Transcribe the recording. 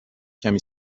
کمی